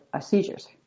seizures